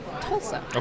Tulsa